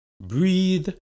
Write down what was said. breathe